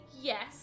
yes